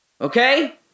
Okay